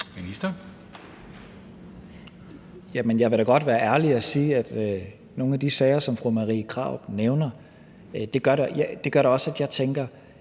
Tesfaye): Jeg vil da godt være ærlig og sige, at nogle af de sager, som fru Marie Krarup nævner, også gør, at jeg tænker: